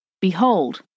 Behold